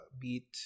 beat